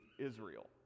Israel